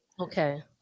Okay